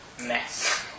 mess